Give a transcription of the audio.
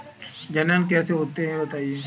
जनन कैसे होता है बताएँ?